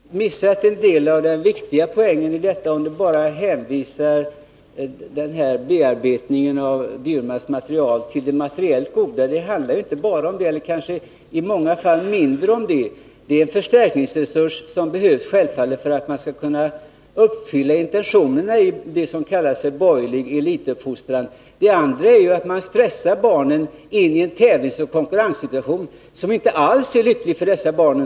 Herr talman! Bertil Hansson har missat en del av den viktiga poängen i detta sammanhang om han, när det gäller bearbetningen av det material det är fråga om, bara hänvisar till det materiellt goda. Det handlar ju i många fall. Nr 138 mindre om det. Självfallet är det en förstärkningsresurs som behövs för att Onsdagen den man skall kunna uppfylla intentionerna i vad som kallas för borgerlig 13 maj 1981 elituppfostran. En annan sak är ju att man stressar barnen ini en tävlingsoch konkurrenssituation som inte alls är lycklig för dessa barn.